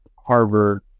Harvard